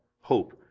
hope